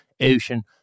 ocean